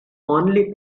only